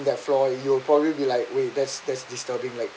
that floor you'll probably be like wait that's that's disturbing like